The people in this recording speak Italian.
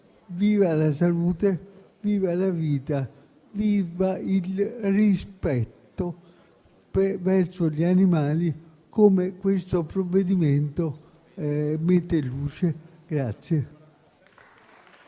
viva la salute, viva la vita, viva il rispetto verso gli animali come questo provvedimento mette in luce.